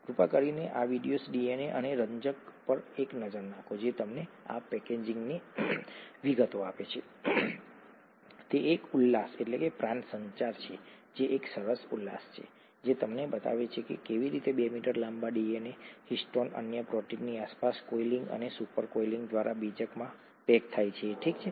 કૃપા કરીને આ video DNA અને રંજક પર એક નજર નાખો જે તમને આ પેકેજિંગની વિગતો આપે છે તે એક ઉલ્લાસપ્રાણ સંચાર છે જે એક સરસ ઉલ્લાસ છે જે તમને બતાવે છે કે કેવી રીતે 2 મીટર લાંબા ડીએનએ હિસ્ટોન્સ અન્ય પ્રોટીનની આસપાસ કોઈલિંગ અને સુપર કોઈલિંગ દ્વારા બીજકમાં પેક થાય છે ઠીક છે